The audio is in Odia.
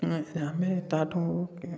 ଆମେ ତା ଠୁଁ